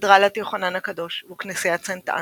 קתדרלת יוחנן הקדוש וכנסיית סנט אנה.